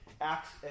Acts